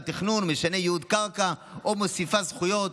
תכנון ומשנה ייעוד קרקע או מוסיפה זכויות,